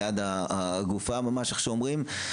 ליד הגופה ממש איך שאומרים,